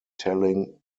telling